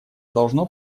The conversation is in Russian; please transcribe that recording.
должно